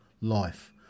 life